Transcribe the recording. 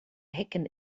hecken